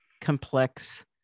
complex